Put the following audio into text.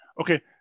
Okay